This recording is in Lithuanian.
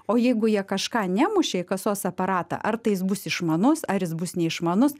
o jeigu jie kažką nemušė į kasos aparatą ar tai jis bus išmanus ar jis bus neišmanus